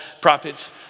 prophets